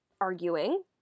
arguing